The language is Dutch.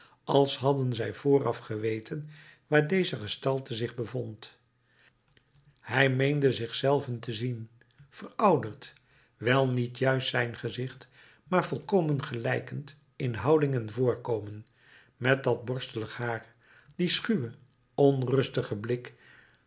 als hadden zij vooraf geweten waar deze gestalte zich bevond hij meende zich zelven te zien verouderd wel niet juist zijn gezicht maar volkomen gelijkend in houding en voorkomen met dat borstelig haar dien schuwen onrustigen blik